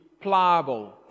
pliable